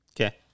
Okay